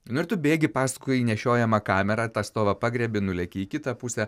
nu ir tu bėgi paskui nešiojamą kamerą tą stovą pagriebi nuleki į kitą pusę